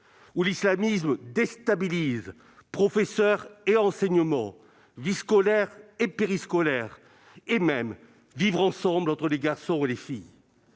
où l'islamisme déstabilise les professeurs et les enseignements, la vie scolaire et la vie périscolaire et même le vivre-ensemble entre les garçons et les filles.